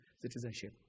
citizenship